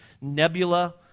Nebula